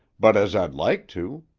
but as i'd like to.